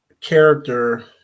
character